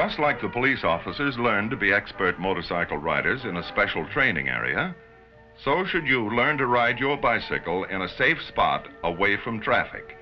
just like the police officers learn to be expert motorcycle riders in a special training area so should you learn to ride your bicycle in a safe spot away from traffic